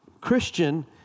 Christian